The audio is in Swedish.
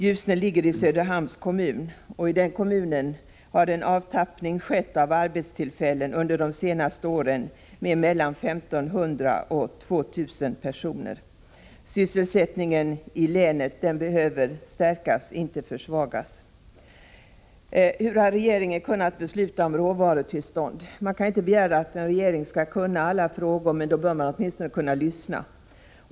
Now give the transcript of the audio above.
Ljusne ligger i Söderhamns kommun, och i den kommunen har under de senaste åren en avtappning av arbetstillfällen skett med mellan 1 500 och 2 000. Sysselsättningen i länet behöver stärkas, inte försvagas. Hur har regeringen kunnat besluta om råvarutillstånd? Man kan inte begära att en regering skall kunna alla frågor, men den bör åtminstone kunna lyssna.